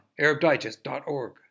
ArabDigest.org